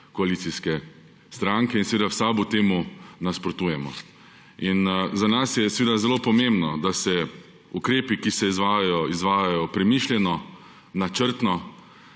koalicijske stranke in seveda v SAB temu nasprotujemo. Za nas je zelo pomembno, da se ukrepi, ki se izvajajo, izvajajo premišljeno, načrtno,